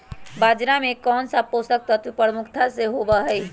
बाजरा में कौन सा पोषक तत्व प्रमुखता से होबा हई?